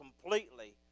completely